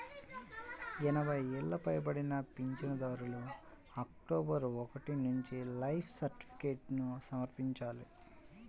ఎనభై ఏళ్లు పైబడిన పింఛనుదారులు అక్టోబరు ఒకటి నుంచి లైఫ్ సర్టిఫికేట్ను సమర్పించాలి